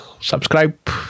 subscribe